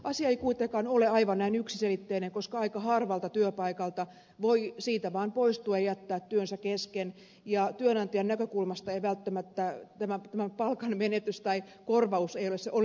asia ei kuitenkaan ole aivan näin yksiselitteinen koska aika harvalta työpaikalta voi siitä vaan poistua ja jättää työnsä kesken ja työnantajan näkökulmasta ei välttämättä tämä palkan menetys tai kor vaus ole se oleellinen kysymys